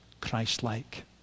Christ-like